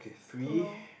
to row